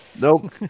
Nope